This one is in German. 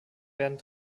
werden